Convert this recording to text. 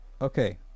Okay